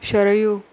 शरय